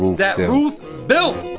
that ruth built.